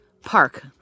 Park